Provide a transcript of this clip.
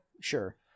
Sure